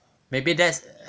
maybe that's